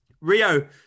rio